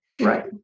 Right